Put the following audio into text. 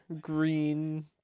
Green